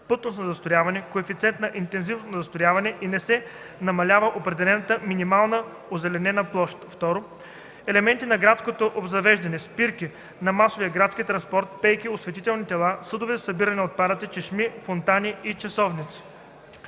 плътност на застрояване, коефициент на интензивност на застрояване и не се намалява определената минимална озеленена площ; 2. елементи на градското обзавеждане – спирки на масовия градски транспорт, пейки, осветителни тела, съдове за събиране на отпадъци, чешми, фонтани и часовници;